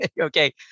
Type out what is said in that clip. Okay